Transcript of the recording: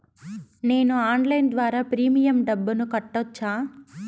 నేను ఆన్లైన్ ద్వారా ప్రీమియం డబ్బును కట్టొచ్చా?